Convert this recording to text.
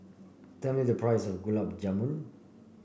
tell me the price of Gulab Jamun